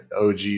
OG